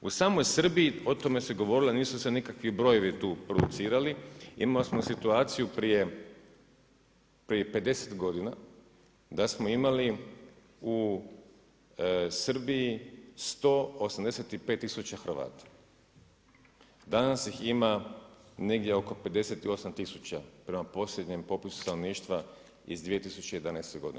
U samoj Srbiji o tome se govorilo a nisu se nikakvi brojevi tu producirali, imali smo situaciju prije 50 godina da smo imali u Srbiji 185 tisuća Hrvata, danas ih ima negdje oko 58 tisuća prema posljednjem popisu stanovništva iz 2011. godine.